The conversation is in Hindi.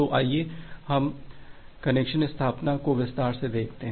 तो आइए हम कनेक्शन स्थापना को विस्तार से देखते हैं